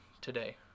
today